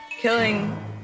killing